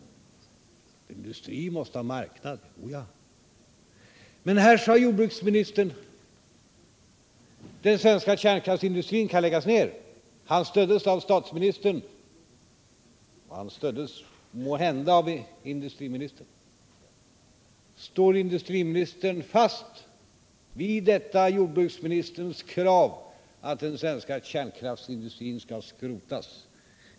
En industri måste ha en marknad — o, ja — men här sade jordbruksministern att den svenska kärnkraftsindustrin kan läggas ner. Han stöddes av statsministern, och han stöddes måhända av industriministern. Står industriministern fast vid detta jordbruksministerns krav att den svenska kärnkraftsindustrin skall skrotas?